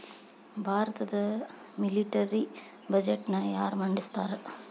ಭಾರತದ ಮಿಲಿಟರಿ ಬಜೆಟ್ನ ಯಾರ ಮಂಡಿಸ್ತಾರಾ